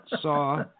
saw